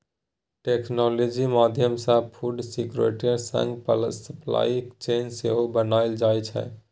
technology माध्यमसँ food security संगे supply chain सेहो बनाएल जाइ छै